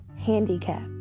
handicap